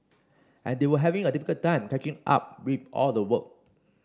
and they were having a difficult time catching up with all the work